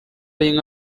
y’inka